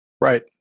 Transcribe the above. Right